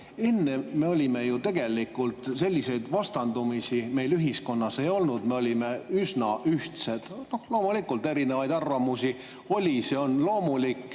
Enne tegelikult selliseid vastandumisi meil ühiskonnas ei olnud, me olime üsna ühtsed. Muidugi erinevaid arvamusi oli, see on loomulik,